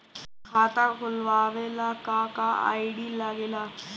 खाता खोलवावे ला का का आई.डी लागेला?